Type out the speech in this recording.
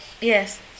Yes